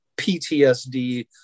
PTSD